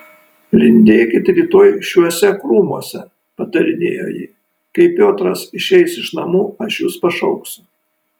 lindėkit rytoj šiuose krūmuose patarinėjo ji kai piotras išeis iš namų aš jus pašauksiu